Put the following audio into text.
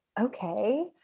Okay